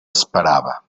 esperava